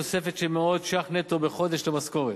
תוספת של מאות ש"ח נטו בחודש למשכורת.